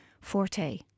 forte